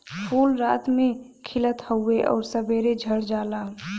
फूल रात में खिलत हउवे आउर सबेरे झड़ जाला